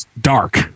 dark